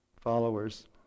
followers